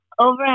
Over